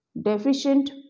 deficient